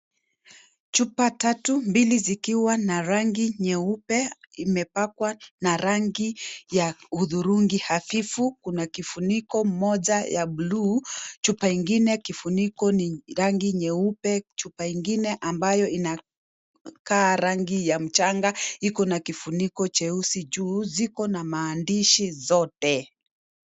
Chupa tatu mbili zikiwa na rangi nyeupe, imepakwa na rangi ya hudhurungi hafifu kuna kufuniko moja ya bluu chupa ingine ya rangi nyeupe chupa ingine ambayo ina rangi ya mchanga na kifuniko cha bluu zina rangi zote.